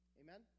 amen